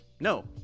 no